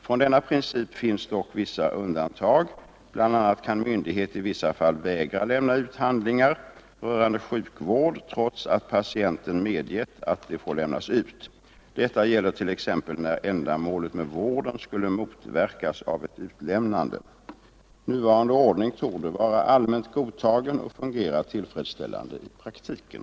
Från denna princip finns dock vissa undantag. Bl. a. kan myndighet i vissa fall vägra lämna ut handlingar rörande sjukvård trots att patienten medgett att de får lämnas ut. Detta gäller t.ex. när ändamålet med vården skulle motverkas av ett utlämnande. Nuvarande ordning torde vara allmänt godtagen och fungera tillfredsställande i praktiken.